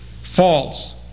false